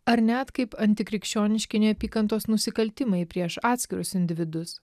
ar net kaip antikrikščioniški neapykantos nusikaltimai prieš atskirus individus